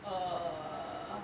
err